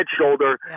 shoulder